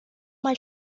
mae